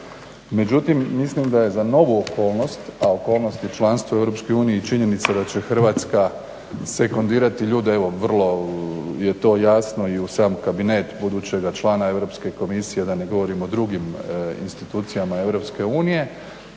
Međutim, mislim da je za novu okolnost a okolnost je članstvo u Europskoj uniji i činjenica da će Hrvatska sekundirati ljude evo vrlo je to jasno i u sam kabinet budućega člana Europske komisije da ne govorimo drugim institucijama